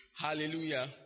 Hallelujah